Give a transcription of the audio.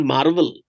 Marvel